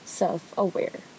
self-aware